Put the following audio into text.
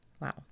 Wow